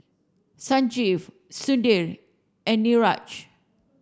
Sanjeev Sudhir and Niraj